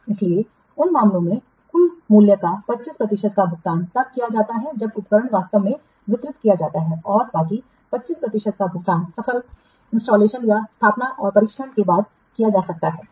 इसलिए उन मामलों में कुल मूल्य का 75 प्रतिशत का भुगतान तब किया जाता है जब उपकरण वास्तव में वितरित किया जाता है और बाकी 25 प्रतिशत का भुगतान सफल स्थापना और परीक्षण के बाद किया जा सकता है